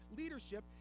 leadership